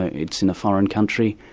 ah it's in a foreign country,